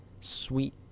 Sweet